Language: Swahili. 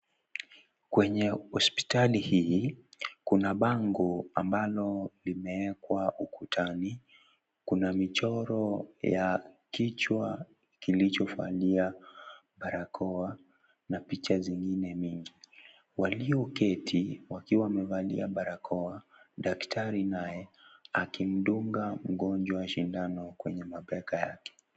Kwenye hospitali hii, kuna bango ambalo limewekwa ukutani. Kuna michoro ya kichwa kilichovalia barakoa na picha zingine mingi. Walioketi, wakiwa wamevalia barakoa , daktari naye akimdunga mgonjwa sindano kwenye mabega yake.